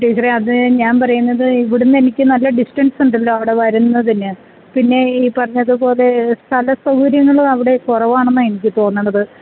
ടീച്ചറെ അത് ഞാൻ പറയുന്നത് ഇവിടുന്ന് എനിക്ക് നല്ല ഡിസ്റ്റൻസുണ്ടല്ലോ അവിടെ വരുന്നതിന് പിന്നെ ഈ പറഞ്ഞതുപോലെ സ്ഥല സൗകര്യങ്ങള് അവിടെ കുറവാണെന്നാണ് എനിക്ക് തോന്നണത്